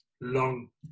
long